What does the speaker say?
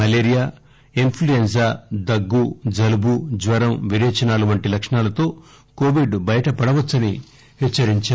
malaria influenza దగ్గు జలుటు జ్వరం విరేచనాలు వంటి లక్షణాలతో కొవిడ్ బయటపడవచ్చని హెచ్చరించారు